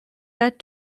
that